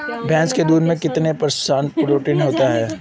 भैंस के दूध में कितना प्रतिशत प्रोटीन होता है?